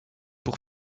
pour